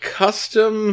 custom